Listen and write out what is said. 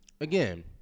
again